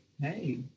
hey